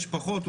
יש פחות,